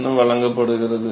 என வழங்கப்படுகிறது